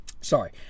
Sorry